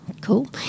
Cool